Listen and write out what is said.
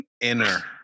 Inner